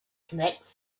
connects